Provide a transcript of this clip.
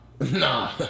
Nah